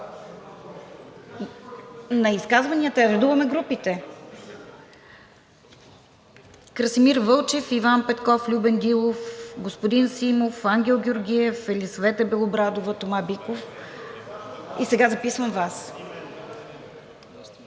На изказванията? Редуваме групите. Красимир Вълчев, Иван Петков, Любен Дилов, господин Симов, Ангел Георгиев, Елисавета Белобрадова, Тома Биков и сега записвам Вас.